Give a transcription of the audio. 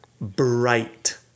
bright